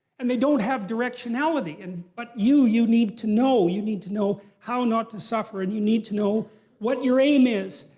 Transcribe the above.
and they don't have directionality. and but you, you need to know. you need to know how how not to suffer. and you need to know what your aim is.